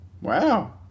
Wow